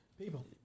people